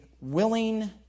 willing